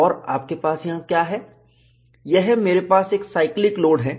और आपके पास यहां क्या है यह मेरे पास एक साइक्लिक लोड है